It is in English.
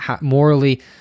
morally